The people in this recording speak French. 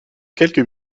quelques